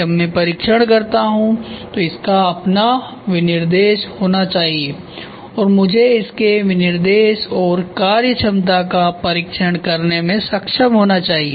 जब मैं परीक्षण करता हूं तो इसका अपना विनिर्देश होना चाहिए और मुझे इसके विनिर्देश और कार्यक्षमता का परीक्षण करने में सक्षम होना चाहिए